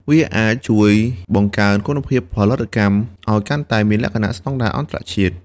វាអាចជួយបង្កើនគុណភាពផលិតកម្មឲ្យកាន់តែមានលក្ខណៈស្តង់ដារអន្តរជាតិ។